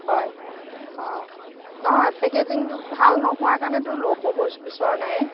হয় অঁ নহয় পেকেজিঙটো ভাল নোহোৱাৰ কাৰণেতো ল'ব বিচৰা নাই